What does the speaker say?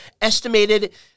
estimated